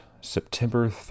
September